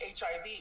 HIV